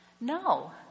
No